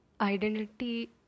identity